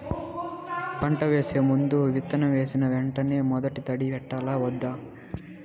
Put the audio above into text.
పంట వేసే ముందు, విత్తనం వేసిన వెంటనే మొదటి తడి పెట్టాలా వద్దా?